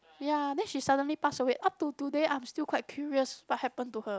ya then she suddenly pass away up to today I'm still quite curious what happen to her